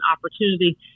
opportunity